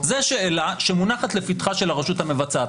זו שאלה שמונחת לפתחה של הרשות המבצעת.